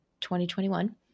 2021